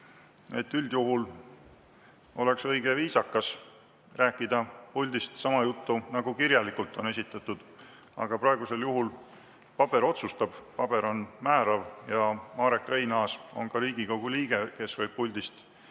et üldjuhul oleks õige ja viisakas rääkida puldist sama juttu, nagu kirjalikult on esitatud. Aga praegusel juhul paber otsustab, paber on määrav, ja Marek Reinaas on Riigikogu liige, kes võib puldist